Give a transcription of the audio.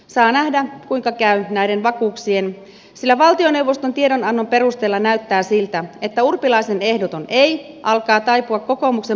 saa nähdä kuinka käy näiden vakuuksien sillä valtioneuvoston tiedonannon perusteella näyttää siltä että urpilaisen ehdoton ei alkaa taipua kokoomuksen pakkoliitospainostuksen alla